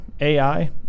AI